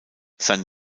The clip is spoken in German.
sein